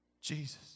Jesus